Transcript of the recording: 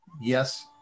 yes